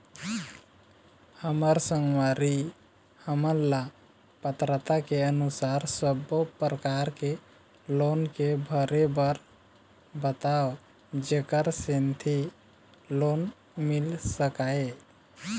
हमर संगवारी हमन ला पात्रता के अनुसार सब्बो प्रकार के लोन के भरे बर बताव जेकर सेंथी लोन मिल सकाए?